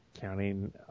Counting